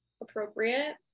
appropriate